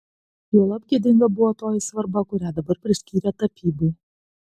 juolab gėdinga buvo toji svarba kurią dabar priskyrė tapybai